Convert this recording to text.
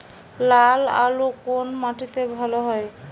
লাল আলু কোন মাটিতে ভালো হয়?